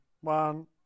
One